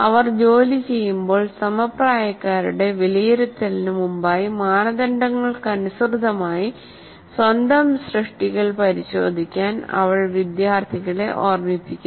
അവർ ജോലിചെയ്യുമ്പോൾ സമപ്രായക്കാരുടെ വിലയിരുത്തലിന് മുമ്പായി മാനദണ്ഡങ്ങൾക്കനുസൃതമായി സ്വന്തം സൃഷ്ടികൾ പരിശോധിക്കാൻ അവൾ വിദ്യാർത്ഥികളെ ഓർമ്മിപ്പിക്കുന്നു